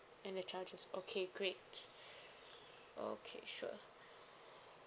and the chargers okay great okay sure